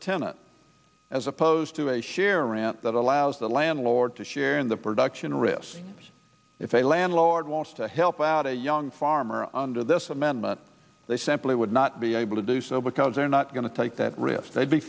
tenant as opposed to a share rent that allows the landlord to share in the production risk if a landlord wants to help out a young farmer under this amendment they simply would not be able to do so because they're not going to take that risk they'd be